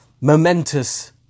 momentous